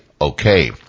okay